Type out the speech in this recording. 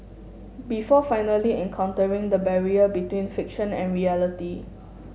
before finally encountering the barrier between fiction and reality